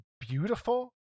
beautiful